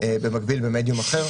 במקביל במדיום אחר.